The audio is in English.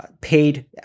paid